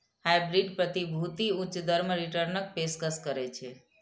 hybrid प्रतिभूति उच्च दर मे रिटर्नक पेशकश करै छै